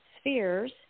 spheres